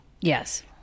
Yes